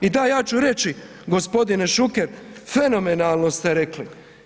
I da ja ću reći gospodine Šuker, fenomenalno ste rekli.